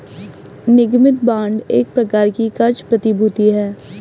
निगमित बांड एक प्रकार की क़र्ज़ प्रतिभूति है